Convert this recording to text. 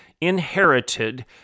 inherited